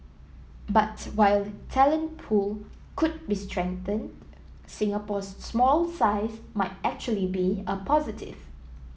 but while talent pool could be strengthened Singapore's small size might actually be a positive